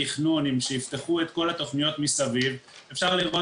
כשיפתחו את כל התכניות מסביב אפשר לראות